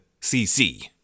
cc